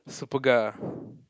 Superga